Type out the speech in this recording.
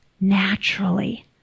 naturally